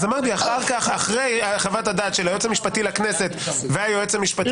אמרתי שאחרי חוות הדעת של היועץ המשפטי לכנסת והיועץ המשפטי לממשלה,